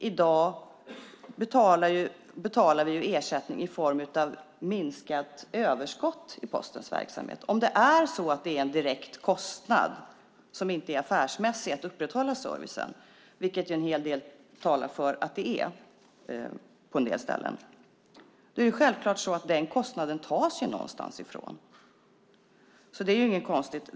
I dag betalar vi ersättning i form av ett minskat överskott i Postens verksamhet. Om det är en direkt kostnad som inte är affärsmässig för att upprätthålla servicen, vilket en hel del talar för att det är på en del ställen, är det självklart så att den kostnaden tas någonstans ifrån. Så det är inget konstigt.